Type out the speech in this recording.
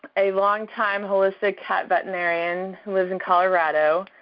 a longtime holistic cat veterinarian who lives in colorado.